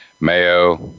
Mayo